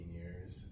years